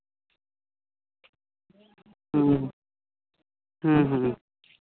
ᱚ ᱦᱮᱸ ᱦᱮᱸ